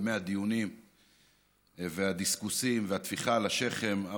ימי הדיונים והדיסקוסים והטפיחה על השכם,